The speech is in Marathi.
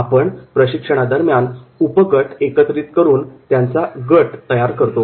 आपण प्रशिक्षणादरम्यान उपगट एकत्रित करून गट तयार करतो